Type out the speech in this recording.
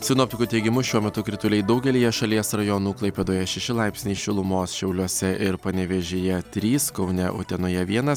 sinoptikų teigimu šiuo metu krituliai daugelyje šalies rajonų klaipėdoje šeši laipsniai šilumos šiauliuose ir panevėžyje trys kaune utenoje vienas